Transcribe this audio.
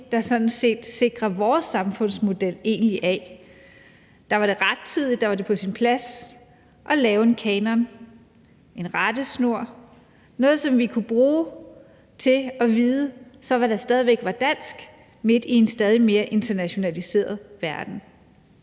det, der sikrer vores samfundsmodel, egentlig af? Da var det rettidigt, da var det på sin plads at lave en kanon, en rettesnor, noget, som vi kunne bruge til at vide, hvad der så stadig væk var dansk, midt i en stadig mere internationaliseret verden.